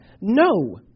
No